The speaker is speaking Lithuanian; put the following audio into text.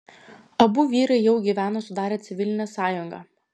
abu vyrai jau gyveno sudarę civilinę sąjungą